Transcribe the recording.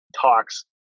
talks